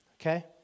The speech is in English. okay